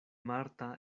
marta